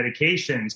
medications